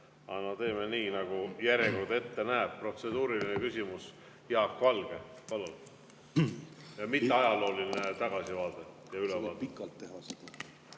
Aga teeme nii, nagu järjekord ette näeb. Protseduuriline küsimus, Jaak Valge, palun! Mitte ajalooline tagasivaade või ülevaade.